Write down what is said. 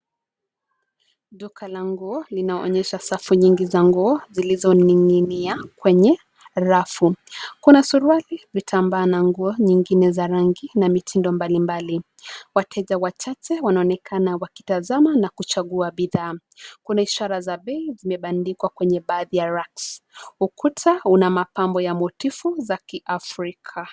Duka la nguo linaonyesha safu nyingi za nguo zilizoninginia kwenye rafu, kuna suruali vitambaa na nguo nyingine za rangi na mitindo mbali mbali wateja wachache wanaonekana wakitazama na kuchagua bidhaa kuna ishara za bei zimebandikwa kwa baadhi ya racks ukuta una mapambo ya motiff ya kiafrika.